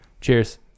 Cheers